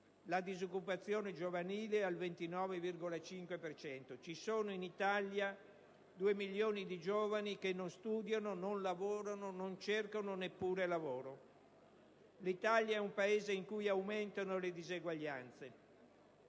La disoccupazione giovanile è al 29,5 per cento. Ci sono in Italia 2 milioni di giovani che non studiano, non lavorano, non cercano neppure lavoro. L'Italia è un Paese in cui aumentano le diseguaglianze.